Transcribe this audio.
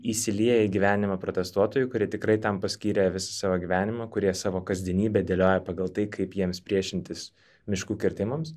įsilieja į gyvenimą protestuotojų kurie tikrai tam paskyrė visą savo gyvenimą kurie savo kasdienybę dėlioja pagal tai kaip jiems priešintis miškų kirtimams